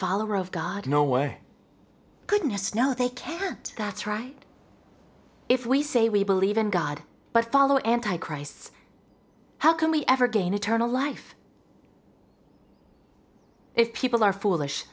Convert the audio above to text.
follower of god no way goodness no they can't that's right if we say we believe in god but follow anti christs how can we ever gain eternal life if people are foolish